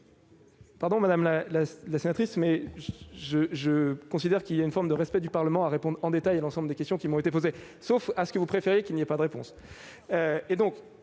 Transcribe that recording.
Pardon, madame la sénatrice, mais je considère que le respect du Parlement consiste à répondre en détail à l'ensemble des questions qui ont été posées-sauf à ce que vous préfériez qu'il n'y ait pas de réponse ? On